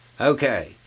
Okay